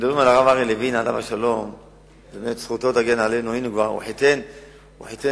הוא היה הסנדק